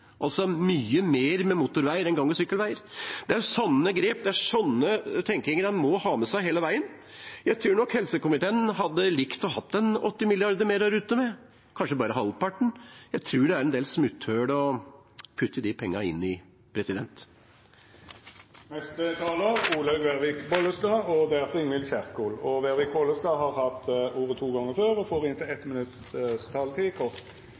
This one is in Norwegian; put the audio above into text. Det er sånne grep, det er sånne tenkinger en må ha med seg hele veien. Jeg tror nok helsekomiteen hadde likt å ha 80 mrd. kr mer å rutte med – kanskje bare halvparten. Jeg tror det er en del smutthull å putte de pengene inn i. Representanten Olaug V. Bollestad har hatt ordet to gonger tidlegare og får ordet til ein kort merknad, avgrensa til 1 minutt. Bare en kort merknad om erstatningsordningene til barn utsatt for vold og